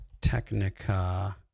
Technica